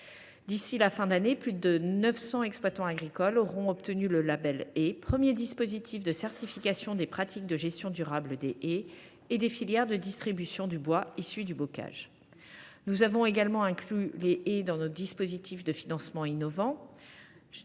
d’ici à la fin de l’année, plus de 900 exploitants agricoles auront obtenu le label Haie, premier dispositif de certification des pratiques de gestion durable des haies et des filières de distribution du bois issu du bocage. Nous avons également inclus les haies dans nos dispositifs de financement innovants.